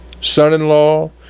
son-in-law